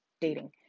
dating